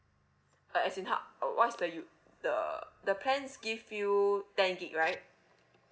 uh as in ho~ uh what's the you the the plans give you ten gig right